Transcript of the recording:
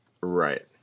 Right